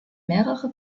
mehrere